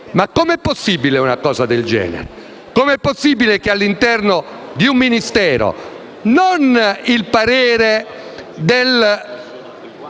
Come è possibile una cosa del genere? Come è possibile che all'interno di un Ministero, non del parere